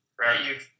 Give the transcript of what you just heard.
right